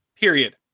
Period